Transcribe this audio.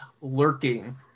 lurking